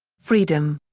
freedom.